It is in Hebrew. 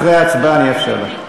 אחרי ההצעה אני אאפשר לך.